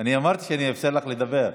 אני אמרתי שאני אאפשר לך לדבר.